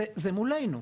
זה מולנו.